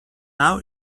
now